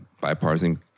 bipartisan